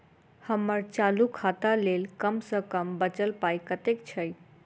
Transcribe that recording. हम्मर चालू खाता लेल कम सँ कम बचल पाइ कतेक छै?